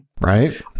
right